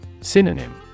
Synonym